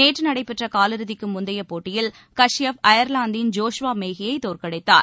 நேற்று நடைபெற்ற காலிறுதிக்கு முந்தையப் போட்டியில் காஷ்யப் அயர்லாந்தின் ஜோஷ்வா மேகியை தோற்கடித்தார்